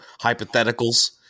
hypotheticals